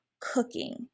cooking